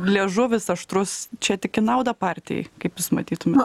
liežuvis aštrus čia tik į naudą partijai kaip jūs matytumėt